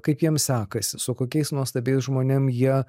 kaip jiem sekasi su kokiais nuostabiais žmonėm jie